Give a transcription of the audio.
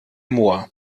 mohr